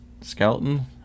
Skeleton